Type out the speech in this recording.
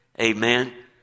Amen